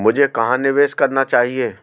मुझे कहां निवेश करना चाहिए?